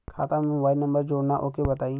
खाता में mobile number जोड़ना ओके बताई?